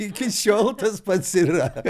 iki šiol tas pats yra